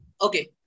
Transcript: okay